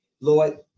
Lord